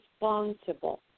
responsible